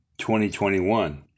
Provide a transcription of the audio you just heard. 2021